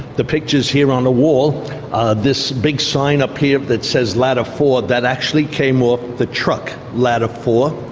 the pictures here on the wall are this big sign up here that says ladder four that actually came off the truck, ladder four.